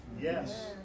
yes